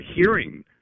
hearing